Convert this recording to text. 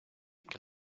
que